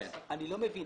אני לא מבין.